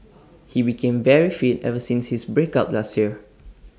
he became very fit ever since his break up last year